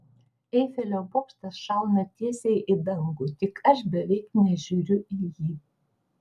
eifelio bokštas šauna tiesiai į dangų tik aš beveik nežiūriu į jį